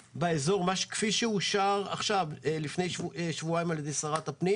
כפי שהוא אושר עכשיו על-ידי שרת הפנים